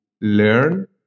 learn